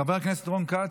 חבר הכנסת רון כץ,